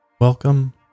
Welcome